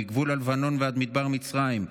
מגבול הלבנון ועד מדבר מצרים,